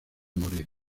morir